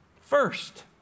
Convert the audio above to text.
first